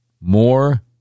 more